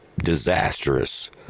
disastrous